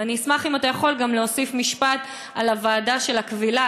ואני אשמח אם אתה יכול גם להוסיף משפט על הוועדה של הכבילה,